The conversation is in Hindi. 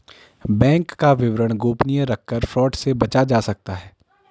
बैंक का विवरण गोपनीय रखकर फ्रॉड से बचा जा सकता है